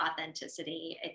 authenticity